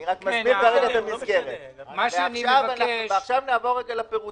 אני מסביר כרגע את המסגרת, ועכשיו נעבור לפירוט.